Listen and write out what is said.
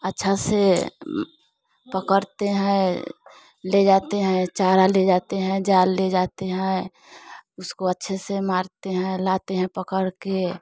अच्छा से पकड़ते हैं ले जाते हैं चारा ले जाते हैं जाल ले जाते हैं उसको अच्छे से मारते हैं लाते हैं पकड़ के